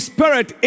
Spirit